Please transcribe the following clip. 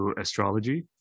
astrology